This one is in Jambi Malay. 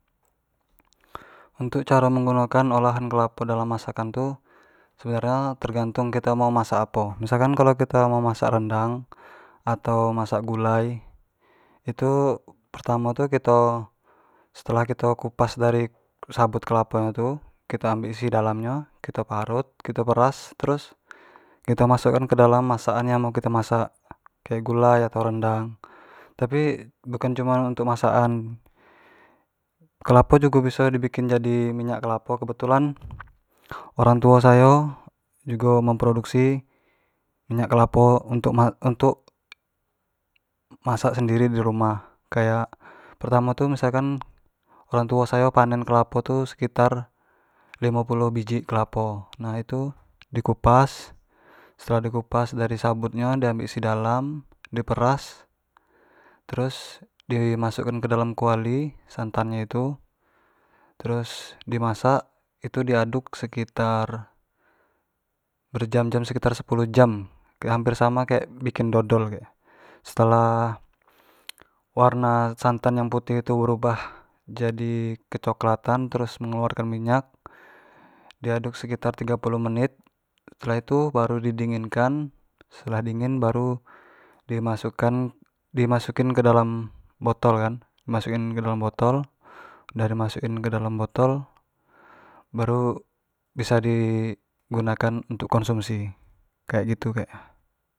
untuk caro menggunakan olahan kelapo dalam masakan tu sebenar nyo tergantung kito mau masak apo, misalkan kito mau masak rendang atau masak gulai itu pertamo tu kito setelah kito kupas dari sabut kelapo nyo tu kito ambek isi dalam nyo, kito parut, kito peras, terus kito masuk an ke dalam makanan yang mau kito masak, kayak gulai atau rendang tapi idak cuman untuk masak an, kelapo jugo biso di bikin jadi minyak kelapo, kebetulan orang tuo sayo jugo memproduksi minyak kelapo untuk ma untuk masak sendiri dirumah, kayak pertamo tu misalkan orang tuo sayo tupanen kelapo tu sekitar limo puluh biji kelapo nah itu di kupas, setelah di kupas dari sabut nyo di ambek isi dalam, di peras, terus di masuk an kedalam kuali santan nyo itu, terus di masak itu di aduk sekitar ber jam-jam sekitar sepuluh jam hamper samo kayak bikin dodol kek gitu, setelah warna santan yang putih tu berubah jadi ke coklatan terus mengeluarkan minyak di aduk sekitar tigo puluh menit, setelah itu baru di dinginkan, setelah dingin baru di masuk an-di masuk in ke dalam botol kan, di masuk in kedalam botoldah di amsuk in kedal botol baru bisa di gunakan untuk konsumsi kek gitu kek nyo.